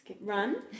run